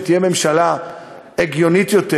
כשתהיה ממשלה הגיונית יותר,